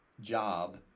job